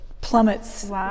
plummets